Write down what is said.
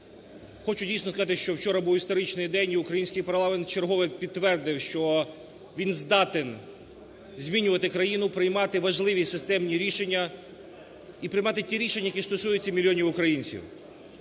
Хочу дійсно сказати, що вчора був історичний день і український парламент вчергове підтвердив, що він здатен змінювати країну, приймати важливі системні рішення і приймати ті рішення, які стосуються мільйонів українців.